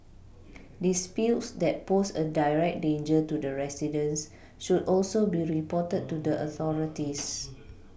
disputes that pose a direct danger to the residents should also be reported to the authorities